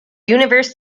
universe